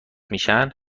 میشن